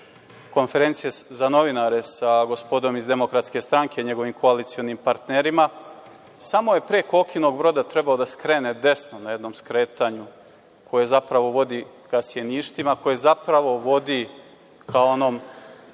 konferencije za novinare sa gospodom iz DS, njegovim koalicionim partnerima, samo je pre Kokinog Broda trebao da skrene desno na jednom skretanju, koje zapravo vodi ka Sinjištima, koje zapravo vodi ka onom